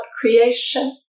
creation